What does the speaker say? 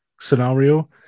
scenario